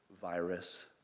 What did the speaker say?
virus